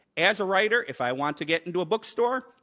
as a writer, if i want to get into a bookstore,